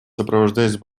сопровождаясь